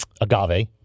agave